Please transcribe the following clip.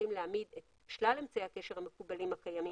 צריכים להעמיד את שלל אמצעי הקשר המקובלים הקיימים.